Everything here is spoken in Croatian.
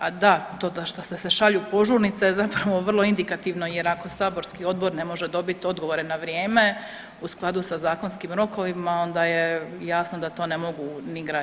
A da, to što se šalju požurnice je zapravo vrlo indikativno jer ako saborski Odbor ne može dobiti odgovore na vrijeme u skladu sa zakonskim rokovima, onda je jasno da to ne mogu ni građani.